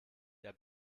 der